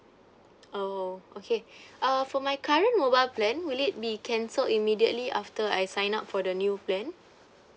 oh okay uh for my current mobile plan will it be cancelled immediately after I sign up for the new plan